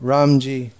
Ramji